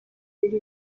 degli